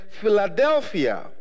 Philadelphia